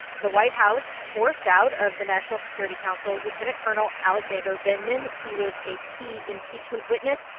the white house forced out of the national security council lieutenant colonel alexander vindman. he was a key impeachment witness.